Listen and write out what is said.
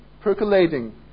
percolating